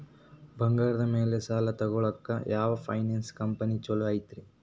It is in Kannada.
ಬಂಗಾರದ ಮ್ಯಾಲೆ ಸಾಲ ತಗೊಳಾಕ ಯಾವ್ ಫೈನಾನ್ಸ್ ಕಂಪನಿ ಛೊಲೊ ಐತ್ರಿ?